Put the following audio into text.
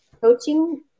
Coaching